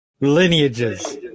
Lineages